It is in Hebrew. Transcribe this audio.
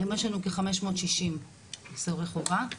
יש לנו כ-560 סוהרי חובה,